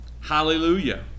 Hallelujah